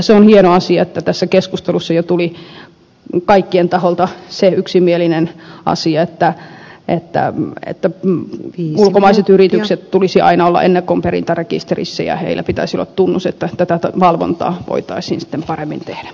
se on hieno asia että tässä keskustelussa jo tuli kaikkien taholta se yksimielinen asia että ulkomaisten yritysten tulisi aina olla ennakonperintärekisterissä ja niillä pitäisi olla tunnus että tätä valvontaa voitaisiin sitten paremmin tehdä